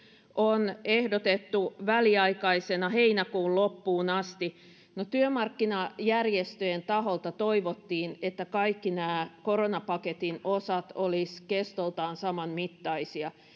on ehdotettu väliaikaisena heinäkuun loppuun asti no työmarkkinajärjestöjen taholta toivottiin että kaikki nämä koronapaketin osat olisivat kestoltaan saman mittaisia